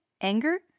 anger